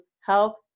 health